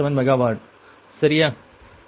57 megawatt சரியா